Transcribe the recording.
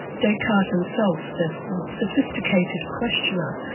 descartes himself, the sophisticated questioner,